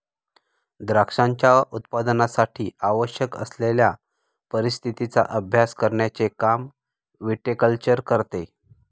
द्राक्षांच्या उत्पादनासाठी आवश्यक असलेल्या परिस्थितीचा अभ्यास करण्याचे काम विटीकल्चर करते